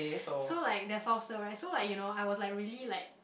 so like there's soft serve right so like you know I was like really like